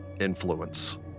influence